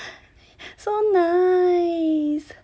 oo so nice !wah!